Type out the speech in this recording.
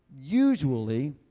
usually